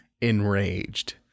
enraged